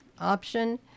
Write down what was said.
option